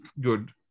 good